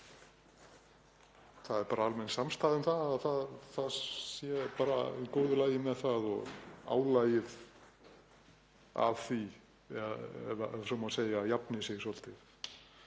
Það er bara almenn samstaða um að það sé bara í góðu lagi með það og að álagið af því, ef svo má segja, jafni sig svolítið,